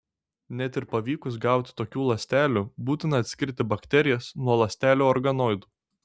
net ir pavykus gauti tokių ląstelių būtina atskirti bakterijas nuo ląstelių organoidų